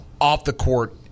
off-the-court